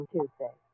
Tuesday